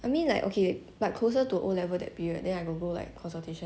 I mean like okay but closer to O level that period then I would go like consultation